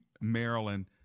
Maryland